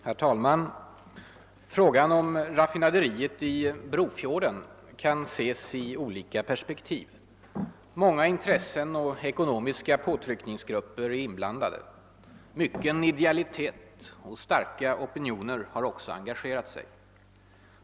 Herr talman! Frågan om lokaliseringen av raffinaderiet till Brofjorden kan ses ur olika perspektiv. Många intressen och ekonomiska påtryckningsgrupper är inblandade. Mycken idealitet och starka opinioner har också engagerat sig.